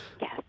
Yes